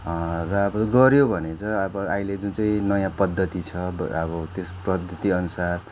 र अब गऱ्यो भने चाहिँ अब अहिले जुन चाहिँ नयाँ पद्धति छ अब अब त्यस पद्धतिअनुसार